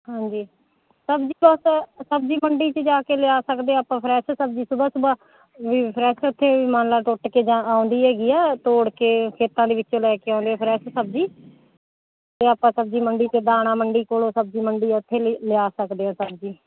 ਹਾਂਜੀ ਸਬਜ਼ੀ ਬਸ ਸਬਜ਼ੀ ਮੰਡੀ 'ਚ ਜਾ ਕੇ ਲਿਆ ਸਕਦੇ ਆਪਾਂ ਫਰੈਸ਼ ਸਬਜ਼ੀ ਸੁਬਹਾ ਸੁਬਹਾ ਵੀ ਫਰੈਸ਼ ਇੱਥੇ ਮੰਨ ਲਾ ਟੁੱਟ ਕੇ ਜਾਂ ਆਉਂਦੀ ਹੈਗੀ ਆ ਤੋੜ ਕੇ ਖੇਤਾਂ ਦੇ ਵਿੱਚੋਂ ਲੈ ਕੇ ਆਉਂਦੇ ਫਰੈਸ਼ ਸਬਜ਼ੀ ਅਤੇ ਆਪਾਂ ਸਬਜ਼ੀ ਮੰਡੀ ਅਤੇ ਦਾਣਾ ਮੰਡੀ ਕੋਲੋਂ ਸਬਜ਼ੀ ਮੰਡੀ ਉੱਥੇ ਲਿ ਲਿਆ ਸਕਦੇ ਆ ਸਬਜ਼ੀ